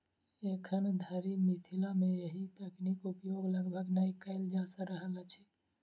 एखन धरि मिथिला मे एहि तकनीक उपयोग लगभग नै कयल जा रहल अछि